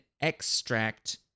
extract